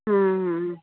हम्म हम्म